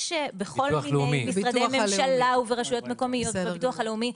יש בכל מיני משרדי ממשלה וברשויות מקומיות ובביטוח לאומי.